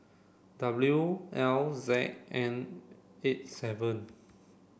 W L Z N eight seven